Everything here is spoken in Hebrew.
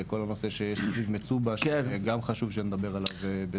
כל הנושא שיש סביב מצובה שגם חשוב שנדבר עליו.